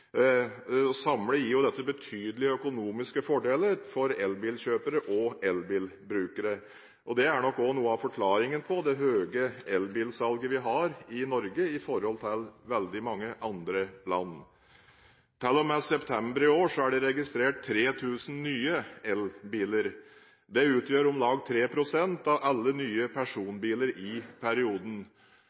Samlet gir dette betydelige økonomiske fordeler for elbilkjøpere og elbilbrukere. Det er nok også noe av forklaringen på det høye elbilsalget vi har i Norge i forhold til veldig mange andre land. Til og med september i år er det registrert 3 000 nye elbiler. Det utgjør om lag 3 pst. av alle nye personbiler i perioden.